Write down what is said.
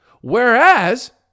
Whereas